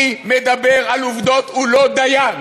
אני מדבר על עובדות, הוא לא דיין.